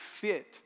fit